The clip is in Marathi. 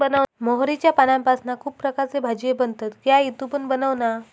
मोहरीच्या पानांपासना खुप प्रकारचे भाजीये बनतत गे आई तु पण बनवना